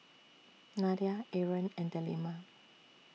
Nadia Aaron and Delima